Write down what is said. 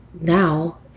now